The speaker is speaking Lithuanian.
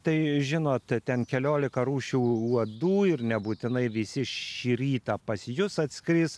tai žinot ten keliolika rūšių uodų ir nebūtinai visi šį rytą pas jus atskris